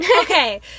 Okay